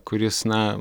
kuris na